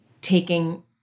taking